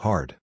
Hard